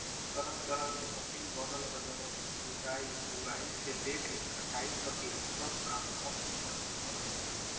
तरह तरह के मशीन बनल ह जवन की जुताई, बुआई से लेके कटाई तकले सब काम कम समय में करदेता